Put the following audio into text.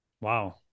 Wow